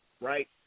right